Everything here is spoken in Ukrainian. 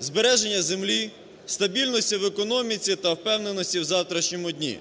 збереження землі, стабільності в економіці та впевненості в завтрашньому дні.